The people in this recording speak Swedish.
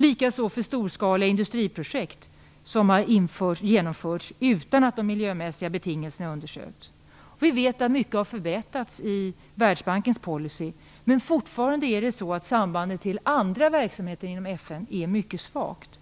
Den har också gällt storskaliga industriprojekt som har genomförts utan att de miljömässiga betingelserna undersökts. Vi vet att mycket har förbättrats i Världsbankens policy, men fortfarande är sambandet med andra verksamheter inom FN mycket svagt.